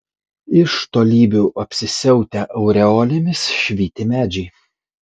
iš tolybių apsisiautę aureolėmis švyti medžiai